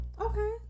Okay